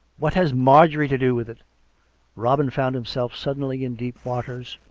what has marjorie to do with it robin found himself suddenly in deep waters.